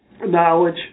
knowledge